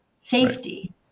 Safety